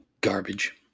garbage